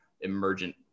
emergent